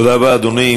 תודה רבה, אדוני.